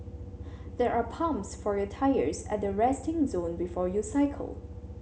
there are pumps for your tyres at the resting zone before you cycle